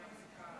אם כך,